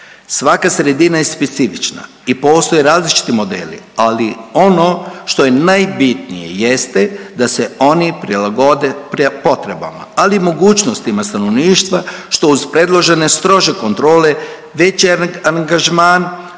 Svaka sredina je specifična i postoje različiti modeli, ali ono što je najbitnije jeste da se oni prilagode potrebama, ali i mogućnostima stanovništva što uz predložene strože kontrole, veći angažman